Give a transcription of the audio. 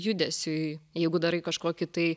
judesiui jeigu darai kažkokį tai